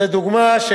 זו דוגמה: